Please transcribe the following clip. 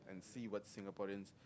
see what Singaporeans